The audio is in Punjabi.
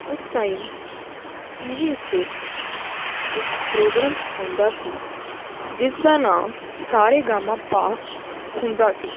ਉਸ ਟਾਈਮ ਟੀ ਵੀ ਉੱਤੇ ਇੱਕ ਪ੍ਰੋਗਰਾਮ ਆਉਂਦਾ ਸੀ ਜਿਸ ਦਾ ਨਾਂ ਸਾਰੇ ਗਾਮਾ ਪਾ ਹੁੰਦਾ ਸੀ